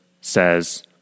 says